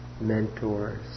mentors